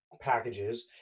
packages